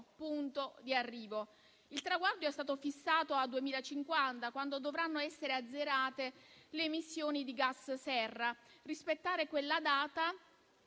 punto d'arrivo. Il traguardo è stato fissato al 2050, quando dovranno essere azzerate le emissioni di gas serra. Rispettare quella data